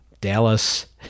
Dallas